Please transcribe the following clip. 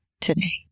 today